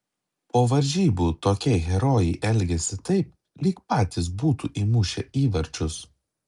po varžybų tokie herojai elgiasi taip lyg patys būtų įmušę įvarčius